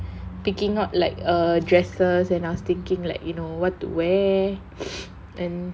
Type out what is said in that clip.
picking out like a dresses and I was thinking like you know what to wear and